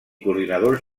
coordinadors